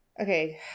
Okay